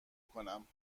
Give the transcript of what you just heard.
کنم